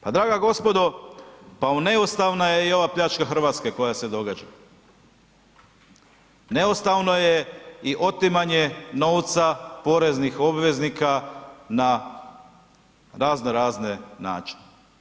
Pa draga gospodo, pa i neustavna je i ova pljačka RH koja se događa, neustavno je i otimanje novca poreznih obveznika na razno razne načine.